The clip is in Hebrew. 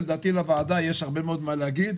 לדעתי לוועדה יש הרבה מאוד מה להגיד.